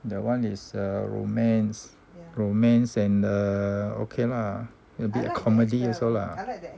that one is a romance romance and err okay lah a bit comedy also lah